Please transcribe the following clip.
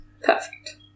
Perfect